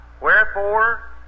Wherefore